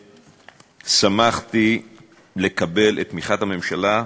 שמחתי לקבל את תמיכת הממשלה,